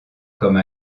comme